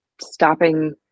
stopping